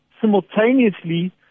simultaneously